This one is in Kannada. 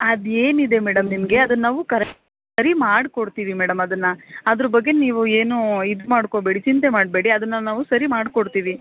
ಅದು ಏನಿದೆ ಮೇಡಮ್ ನಿಮಗೆ ಅದು ನಾವು ಕರೆಕ್ ಸರಿ ಮಾಡಿಕೊಡ್ತೀವಿ ಮೇಡಮ್ ಅದನ್ನು ಅದ್ರ ಬಗ್ಗೆ ನೀವು ಏನು ಇದು ಮಾಡ್ಕೊಬೇಡಿ ಚಿಂತೆ ಮಾಡಬೇಡಿ ಅದನ್ನು ನಾವು ಸರಿ ಮಾಡಿಕೊಡ್ತೀವಿ